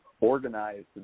organized